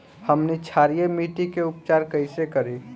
हमनी क्षारीय मिट्टी क उपचार कइसे करी?